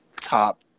top